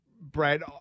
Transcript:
Brad